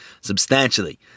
substantially